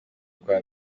kwa